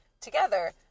together